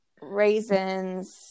raisins